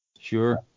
Sure